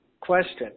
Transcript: question